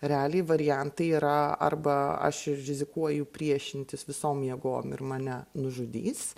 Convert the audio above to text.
realiai variantai yra arba aš rizikuoju priešintis visom jėgom ir mane nužudys